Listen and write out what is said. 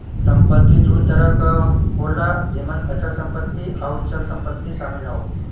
संपत्ति दू तरह क होला जेमन अचल संपत्ति आउर चल संपत्ति शामिल हौ